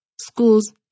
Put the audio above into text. schools